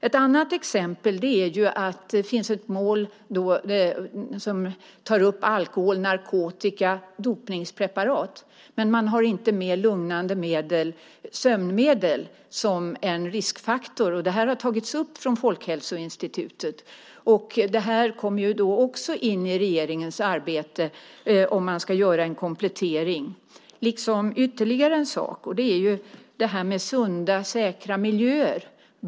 Ett annat exempel är att det finns ett mål som tar upp alkohol, narkotika och dopningspreparat, men man har inte med lugnande medel och sömnmedel som en riskfaktor. Det har Folkhälsoinstitutet tagit upp. Det kommer också in i regeringens arbete när man ska göra en komplettering, liksom ytterligare en sak. Det är det här med sunda och säkra miljöer.